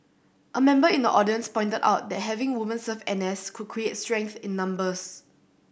a member in the audience pointed out that having women serve N S could create strength in numbers